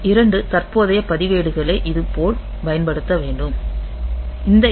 2 தற்போதைய பதிவேடுகளை இதேபோல் பயன்படுத்தப்பட வேண்டும்